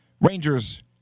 Rangers